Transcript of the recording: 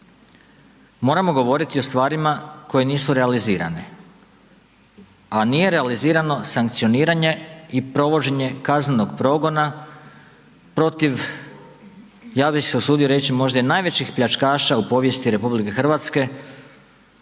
Moramo govoriti o stvarima koje nisu realizirane, a nije realizirano sankcioniranje i provođenje kaznenog progona protiv, ja bih se usudio reći, možda i najvećih pljačkaša u povijesti Republike Hrvatske,